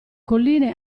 colline